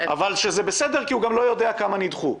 אבל זה בסדר כי הוא גם לא יודע כמה נדחו.